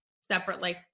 separately